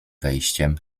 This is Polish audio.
wejściem